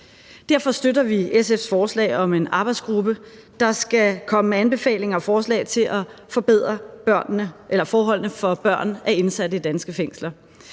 Derfor støtter vi SF's forslag om en arbejdsgruppe, der skal komme med anbefalinger og forslag til at forbedre forholdene for børn af indsatte i danske fængsler.